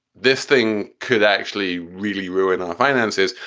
this thing could actually really ruin our finances.